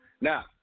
Now